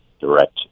direct